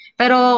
pero